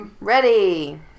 Ready